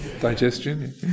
Digestion